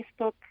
Facebook